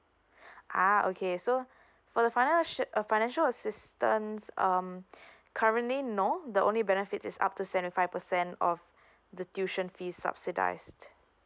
uh okay so for the financi~ uh financial assistance um currently no the only benefit is up to send a five percent of the tuition fees subsidised